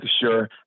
sure